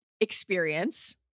experience